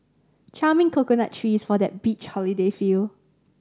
charming coconut trees for that beach holiday feel